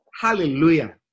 Hallelujah